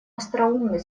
остроумный